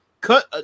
cut